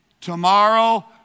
tomorrow